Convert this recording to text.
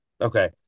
Okay